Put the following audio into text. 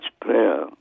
prayer